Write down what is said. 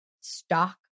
stock